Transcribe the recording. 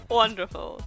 wonderful